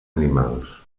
animals